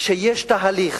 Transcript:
כשיש תהליך,